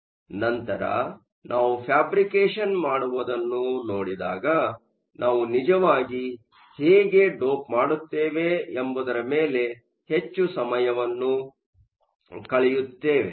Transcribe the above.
ಆದ್ದರಿಂದ ನಂತರ ನಾವು ಫ್ಯಾಬ್ರಿಕೇಶನ್ ಮಾಡುವುದನ್ನು ನೋಡಿದಾಗ ನಾವು ನಿಜವಾಗಿ ಹೇಗೆ ಡೋಪ್ ಮಾಡುತ್ತೇವೆ ಎಂಬುದರ ಮೇಲೆ ಸ್ವಲ್ಪ ಹೆಚ್ಚು ಸಮಯವನ್ನು ಕಳೆಯುತ್ತೇವೆ